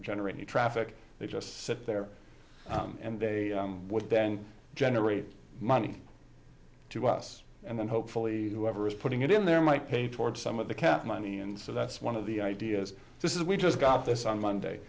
generate new traffic they just sit there and they would then generate money to us and then hopefully whoever is putting it in there might pay towards some of the cap money and so that's one dollar of the ideas this is we just got this on monday